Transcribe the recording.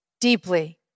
deeply